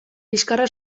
liskarra